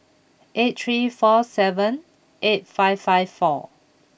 eight three four seven eight five five four